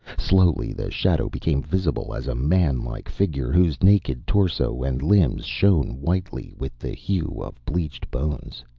slowly the shadow became visible as a man-like figure whose naked torso and limbs shone whitely, with the hue of bleached bones.